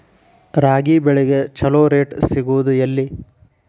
ರಾಗಿ ಬೆಳೆಗೆ ಛಲೋ ರೇಟ್ ಸಿಗುದ ಎಲ್ಲಿ?